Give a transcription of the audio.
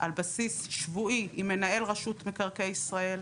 על בסיס שבועי עם מנהל רשות מקרקעי ישראל,